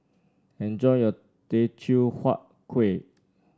enjoy your Teochew Huat Kueh